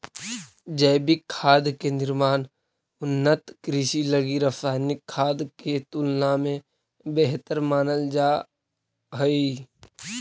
जैविक खाद के निर्माण उन्नत कृषि लगी रासायनिक खाद के तुलना में बेहतर मानल जा हइ